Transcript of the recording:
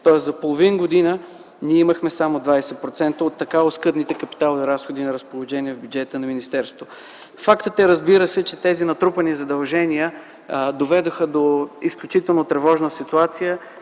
Тоест за половин година ние имахме само 20% от така оскъдните капиталови разходи на разположение в бюджета на министерството. Фактът е, разбира се, че тези натрупани задължения доведоха до изключително тревожна ситуация.